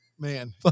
Man